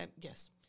Yes